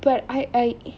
relak but I I I